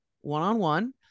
one-on-one